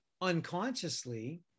unconsciously